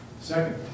Second